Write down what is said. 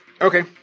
Okay